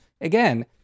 again